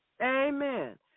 Amen